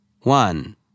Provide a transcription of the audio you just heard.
One